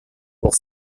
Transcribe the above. pour